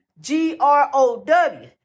G-R-O-W